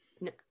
no